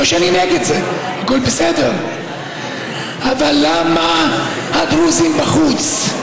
לא שאני נגד זה, הכול בסדר, אבל למה הדרוזים בחוץ?